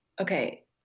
okay